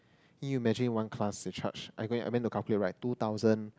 can you imagine one class they charge I go in I went to calculate right two thousand